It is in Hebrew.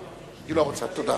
היא לא רוצה, תודה.